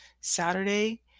Saturday